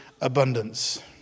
abundance